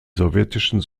sowjetischen